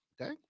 Okay